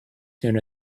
soon